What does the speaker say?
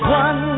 one